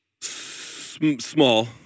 Small